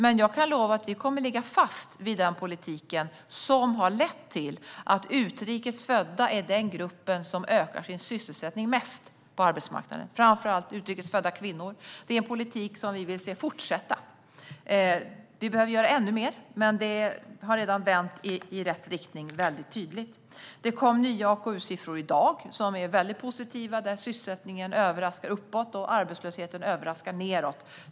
Men jag kan lova att vi kommer att hålla fast vid den politik som har lett till att utrikes födda är den grupp som ökar sin sysselsättning mest på arbetsmarknaden. Det gäller framför allt utrikes födda kvinnor. Detta är en politik som vi vill se fortsätta. Vi behöver göra ännu mer, men det har redan tydligt vänt i rätt riktning. Det kom nya AKU-siffror i dag som är positiva. Sysselsättningen överraskar uppåt, och arbetslösheten överraskar nedåt.